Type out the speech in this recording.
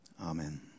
Amen